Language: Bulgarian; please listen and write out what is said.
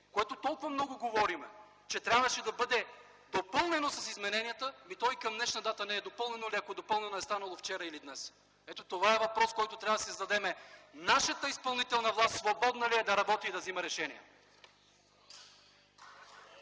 което толкова много говорим, че трябваше да бъде допълнено с измененията, то и към днешна дата не е допълнено или ако е допълнено – това е станало вчера или днес. Ето това е въпрос, който трябва да си зададем: нашата изпълнителна власт способна ли е да работи и да взема решения?